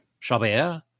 Chabert